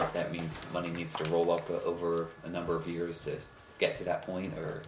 d that means money needs to roll up over a number of years to get to that point